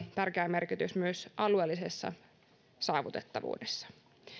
tärkeä merkitys myös alueellisessa saavutettavuudessa